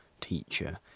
teacher